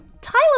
Tyler